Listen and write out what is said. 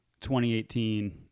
2018